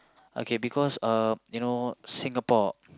okay because um you know Singapore